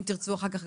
אם תרצו אחר כך,